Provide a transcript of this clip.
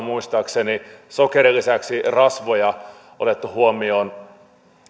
muistaakseni sokerin lisäksi rasvoja otettu huomioon